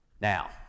Now